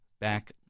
back